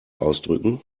ausdrücken